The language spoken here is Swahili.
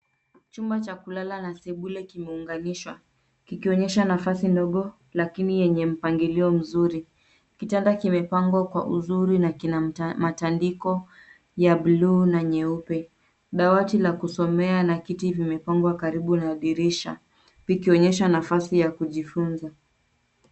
Chumba cha kulala na sebule kimeunganishwa kikionyesha nafasi ndogo lakini yenye mpangilio mzuri. Kitanda kimepangwa kwa uzuri na kina matandiko ya bluu na nyeupe. Dawati la kusomea na kiti vimepangwa karibu na dirisha vikionyesha nafasi ya kujifunza.